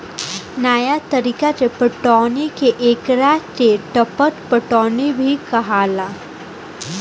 नया तरीका के पटौनी के एकरा के टपक पटौनी भी कहाला